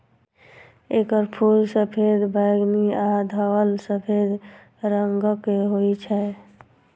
एकर फूल सफेद, बैंगनी आ धवल सफेद रंगक होइ छै